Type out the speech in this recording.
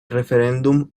referéndum